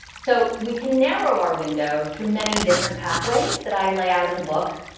so we can narrow our window through many different pathways that i lay out in the book.